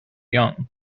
young